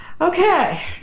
Okay